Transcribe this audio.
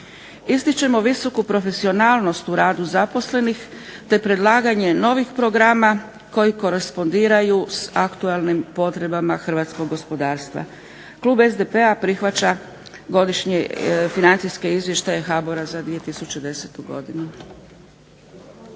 Ističemo visoku profesionalnost u radu zaposlenih, te predlaganje novih programa koji korespondiraju s aktuelnim potrebama hrvatskog gospodarstva. Klub SDP-a prihvaća godišnje financijske izvještaje HBOR-a za 2010. godinu.